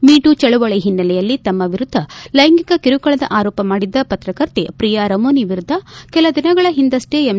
ಮಿ too ಚಳವಳಿ ಹಿನ್ನೆಲೆಯಲ್ಲಿ ತಮ್ಮ ವಿರುದ್ದ ಲೈಂಗಿಕ ಕಿರುಕುಳದ ಆರೋಪ ಮಾಡಿದ್ದ ಪತ್ರಕರ್ತೆ ಪ್ರಿಯಾ ರಮೋನಿ ವಿರುದ್ದ ಕೆಲ ದಿನಗಳ ಹಿಂದಹ್ವೆ ಎಂ